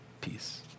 peace